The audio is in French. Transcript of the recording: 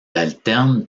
alterne